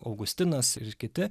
augustinas ir kiti